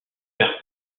faire